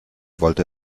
wollte